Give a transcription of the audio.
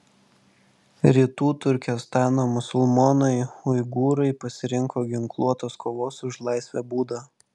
rytų turkestano musulmonai uigūrai pasirinko ginkluotos kovos už laisvę būdą